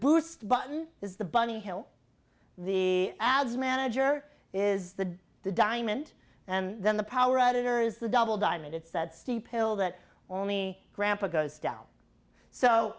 boost button is the bunny hill the ads manager is the the diamond and then the power editor is the double diamond it said steep hill that only grandpa goes down so